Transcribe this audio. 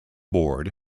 board